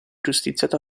giustiziato